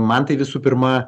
man tai visų pirma